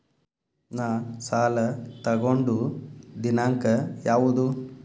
ನಾ ಸಾಲ ತಗೊಂಡು ದಿನಾಂಕ ಯಾವುದು?